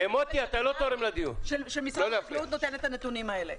--- אפילו, שמשרד הבריאות נותן את הנתונים האלה.